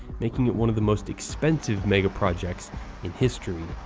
making it one of the most expensive megaprojects in history.